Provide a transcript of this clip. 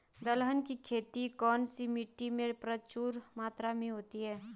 दलहन की खेती कौन सी मिट्टी में प्रचुर मात्रा में होती है?